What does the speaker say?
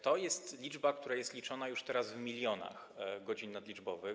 To jest liczba, która jest liczona już teraz w milionach godzin nadliczbowych.